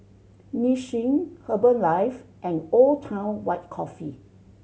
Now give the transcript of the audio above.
Nissin Herbalife and Old Town White Coffee